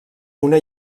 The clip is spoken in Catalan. una